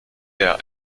der